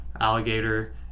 alligator